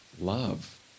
love